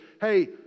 hey